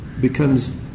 becomes